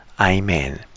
Amen